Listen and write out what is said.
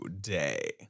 day